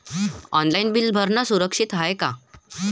Online bill भरनं सुरक्षित हाय का?